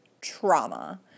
trauma